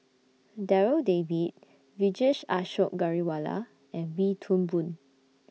Darryl David Vijesh Ashok Ghariwala and Wee Toon Boon